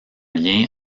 lien